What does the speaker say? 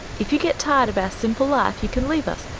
if you get tired of our simple life you can leave us,